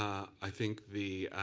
i think the